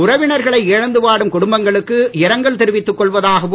உறவினர்களை இழந்து வாடும் குடும்பங்களுக்கு இரங்கல் தெரிவித்துக் கொள்வதாகவும்